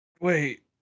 Wait